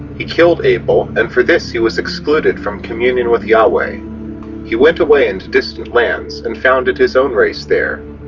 he killed abel and for this he was excluded from communion with yahveh. he went away into distant lands and founded his own race there.